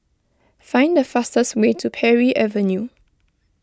find the fastest way to Parry Avenue